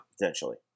Potentially